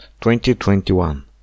2021